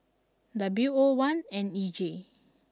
W O one N E J